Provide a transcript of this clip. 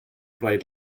blaid